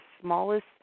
smallest